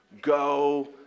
Go